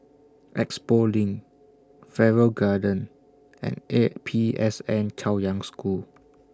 Expo LINK Farrer Garden and A P S N Chaoyang School